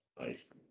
nice